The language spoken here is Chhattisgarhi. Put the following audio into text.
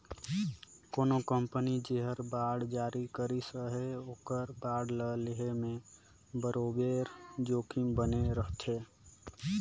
कोनो कंपनी जेहर बांड जारी करिस अहे ओकर बांड ल लेहे में बरोबेर जोखिम बने रहथे